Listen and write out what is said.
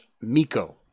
Miko